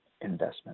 investment